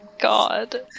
God